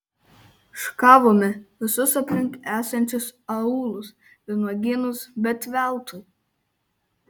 šukavome visus aplink esančius aūlus vynuogynus bet veltui